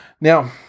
now